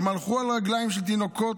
הם הלכו עם רגליים של תינוקות,